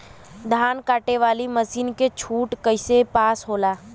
धान कांटेवाली मासिन के छूट कईसे पास होला?